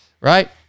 Right